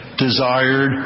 Desired